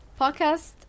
Podcast